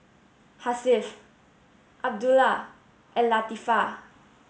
Hasif Abdullah and Latifa